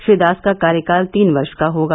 श्री दास का कार्यकाल तीन वर्श का होगा